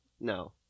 No